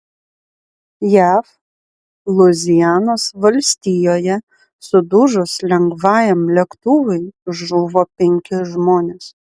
jav luizianos valstijoje sudužus lengvajam lėktuvui žuvo penki žmonės